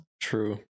True